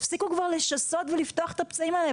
תפסיקו כבר לשסות ולפתוח את הפצעים האלה.